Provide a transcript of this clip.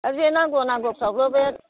आरो जे नांगौ नांगौफ्रावबो बे